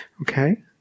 Okay